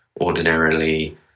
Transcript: ordinarily